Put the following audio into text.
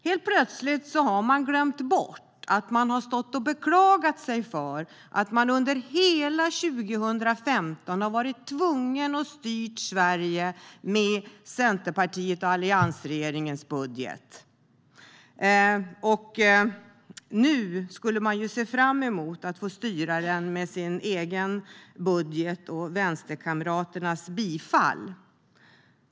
Helt plötsligt har man glömt att man har stått här och beklagat sig över att man under hela 2015 har varit tvungen att styra Sverige med Centerpartiets och alliansregeringens budget. Nu skulle man se fram emot att få styra med sin egen budget och vänsterkamraternas bifall.